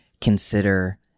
consider